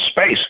space